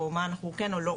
או מה אנחנו כן או לא.